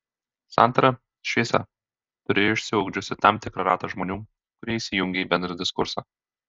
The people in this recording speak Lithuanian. santara šviesa turi išsiugdžiusi tam tikrą ratą žmonių kurie įsijungia į bendrą diskursą